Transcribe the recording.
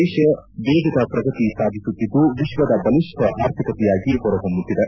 ದೇಶ ವೇಗದ ಪ್ರಗತಿ ಸಾಧಿಸುತ್ತಿದ್ದು ವಿಶ್ವದ ಬಲಿಷ್ಟ ಆರ್ಥಿಕತೆಯಾಗಿ ಹೊರಹೊಮ್ಮುತ್ತಿದೆ